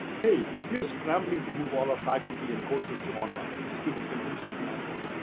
hey, we are scrambling to move all of faculty and courses to online so students can finish the semester.